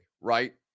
right